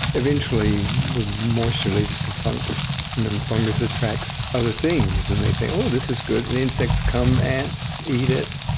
eventually the moisture leads to fungus and then fungus attracts other things and they say, oh, this is good, and insects come, ants eat it.